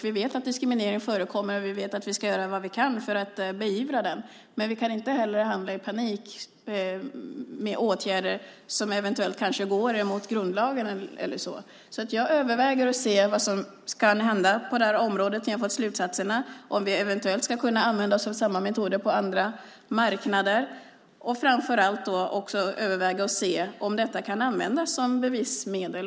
Vi vet att diskriminering förekommer, och vi vet att vi ska göra vad vi kan för att beivra den, men vi kan inte handla i panik med åtgärder som eventuellt strider emot grundlagen. Jag följer vad som händer på området. När jag har fått slutsatserna kommer jag att överväga om vi eventuellt ska kunna använda oss av samma metoder på andra marknader och framför allt om de kan användas som bevismedel.